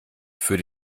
für